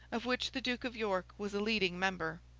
of which the duke of york was a leading member.